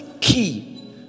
key